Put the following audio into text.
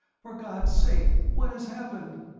for god's sake, what has happened?